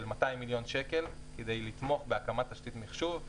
של 200 מיליון שקל, כדי לתמוך בהקמת תשתית מחשוב.